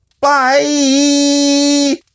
Bye